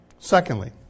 Secondly